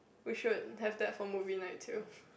we should have that for movie night too